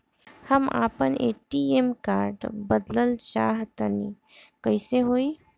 हम आपन ATM card बदलल चाह तनि कइसे होई?